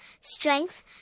strength